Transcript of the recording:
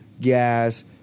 gas